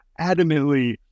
adamantly